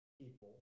people